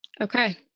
Okay